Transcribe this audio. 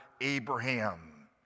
Abraham